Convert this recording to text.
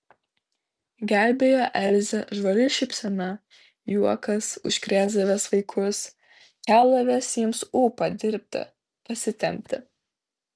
gelbėjo elzę žvali šypsena juokas užkrėsdavęs vaikus keldavęs jiems ūpą dirbti pasitempti